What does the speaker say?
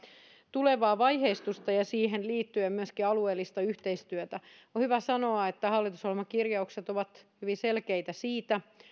tulevaa vaiheistusta ja siihen liittyen myöskin alueellista yhteistyötä on hyvä sanoa että hallitusohjelman kirjaukset siitä ovat hyvin selkeitä